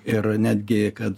ir netgi kad